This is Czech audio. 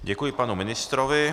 Děkuji panu ministrovi.